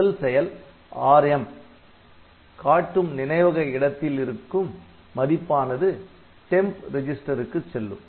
முதல் செயல் Rm காட்டும் நினைவக இடத்தில் இருக்கும் மதிப்பானது temp ரெஜிஸ்டருக்கு செல்லும்